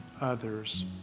others